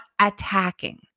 attacking